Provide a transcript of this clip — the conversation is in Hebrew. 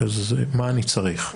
מה אתה צריך,